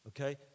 Okay